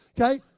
Okay